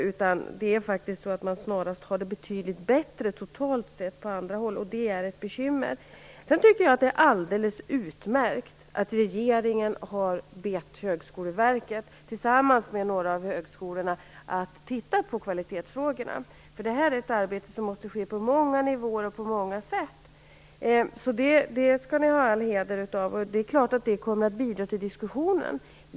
Det är faktiskt snarast så att man totalt sett har det betydligt bättre på annat håll, och det är ett bekymmer. Sedan tycker jag att det är alldeles utmärkt att regeringen har bett Högskoleverket att, tillsammans med några av högskolorna, titta på kvalitetsfrågorna. Detta är ett arbete som måste ske på många nivåer och på många sätt. Det skall ni ha all heder av, och det är klart att det kommer att bidra till diskussionen.